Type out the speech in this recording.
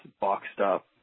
boxed-up